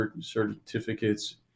certificates